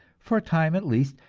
for a time at least,